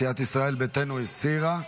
סיעת ישראל ביתנו הסירה.